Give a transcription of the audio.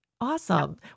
Awesome